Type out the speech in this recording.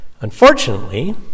Unfortunately